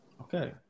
Okay